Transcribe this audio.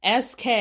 SK